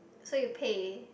so you pay